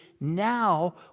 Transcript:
now